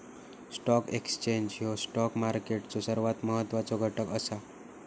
stock exchange ह्यो stock मार्केटचो सर्वात महत्वाचो घटक असा